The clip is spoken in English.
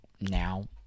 now